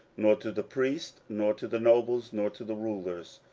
nor to the priests, nor to the nobles, nor to the rulers,